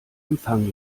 empfang